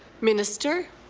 minister.